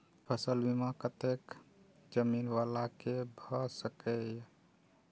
फसल बीमा कतेक जमीन वाला के भ सकेया?